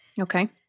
Okay